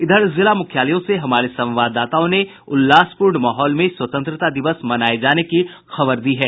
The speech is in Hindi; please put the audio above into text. इधर जिला मुख्यालयों से हमारे संवाददाताओं ने उल्लासपूर्ण माहौल में स्वतंत्रता दिवस मनाये जाने की खबर दी है